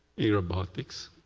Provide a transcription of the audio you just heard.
in robotics?